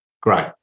Great